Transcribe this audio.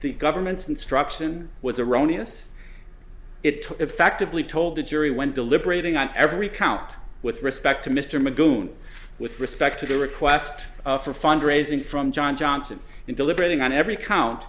the government's instruction was erroneous it to effectively told the jury when deliberating on every count with respect to mr magoon with respect to the request for fund raising from john johnson and deliberating on every count